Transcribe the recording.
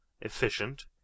efficient